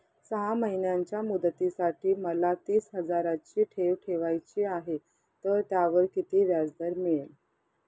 सहा महिन्यांच्या मुदतीसाठी मला तीस हजाराची ठेव ठेवायची आहे, तर त्यावर किती व्याजदर मिळेल?